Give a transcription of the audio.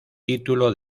título